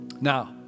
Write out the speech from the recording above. Now